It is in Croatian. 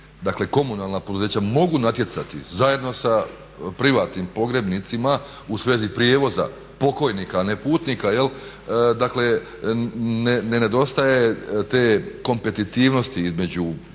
komunalna poduzeća mogu natjecati zajedno sa privatnim pogrebnicima u svezi prijevoza pokojnika a ne putnika jel', dakle ne nedostaje te kompetitivnosti između pojedinih